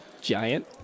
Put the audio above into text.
giant